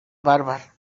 barba